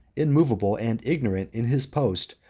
immovable and ignorant in his post,